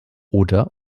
oder